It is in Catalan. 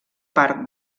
part